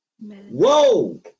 Whoa